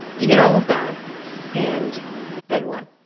you get all of that and then what.